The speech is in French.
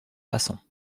façons